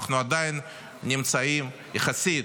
אנחנו עדיין נמצאים יחסית,